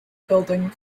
building